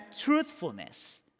truthfulness